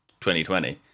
2020